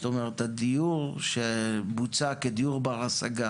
הדיור שבוצע כדיור בר השגה